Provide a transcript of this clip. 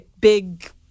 big